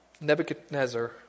Nebuchadnezzar